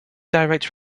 direct